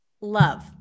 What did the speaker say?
love